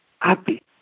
happy